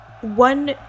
one